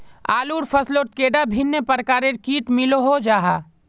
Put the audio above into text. आलूर फसलोत कैडा भिन्न प्रकारेर किट मिलोहो जाहा?